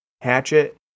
hatchet